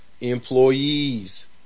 employees